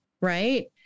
right